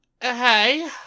Hey